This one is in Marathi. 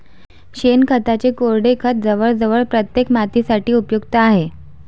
शेणखताचे कोरडे खत जवळजवळ प्रत्येक मातीसाठी उपयुक्त आहे